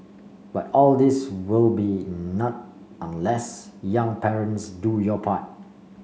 but all this will be nought unless young parents do your part